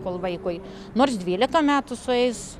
kol vaikui nors dvylika metų sueis